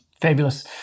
Fabulous